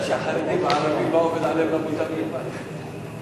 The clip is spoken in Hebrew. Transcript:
ההצעה להעביר את הצעת חוק לתיקון פקודת השטרות (מס' 5)